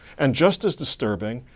and just as disturbing,